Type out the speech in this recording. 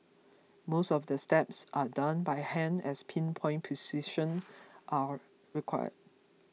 most of the steps are done by hand as pin point precision are required